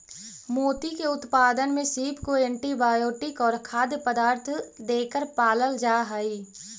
मोती के उत्पादन में सीप को एंटीबायोटिक और खाद्य पदार्थ देकर पालल जा हई